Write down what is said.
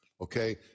Okay